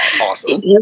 Awesome